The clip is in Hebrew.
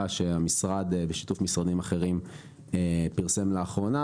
שהמשרד בשיתוף משרדים אחרים פרסם לאחרונה,